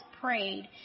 prayed